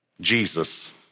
Jesus